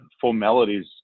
formalities